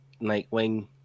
Nightwing